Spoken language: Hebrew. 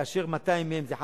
ו-200 מהם זה חד-פעמי,